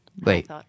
Wait